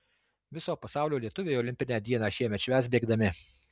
viso pasaulio lietuviai olimpinę dieną šiemet švęs bėgdami